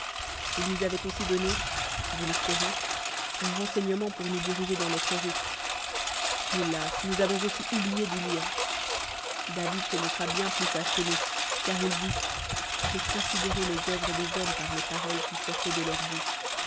ils nous avoient aussi donné dit l'espérant nu renseignement pour nous diriger dans notre route hélas nous avons aussi oublié d'y lire da id s'e montra bien plus sage que nous car il dit j'ai cod sidéré les œuvres des hommes par les paioles qui sortaient de leur bouche